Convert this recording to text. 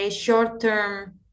short-term